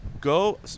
go